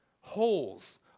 holes